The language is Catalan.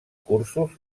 cursos